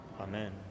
Amen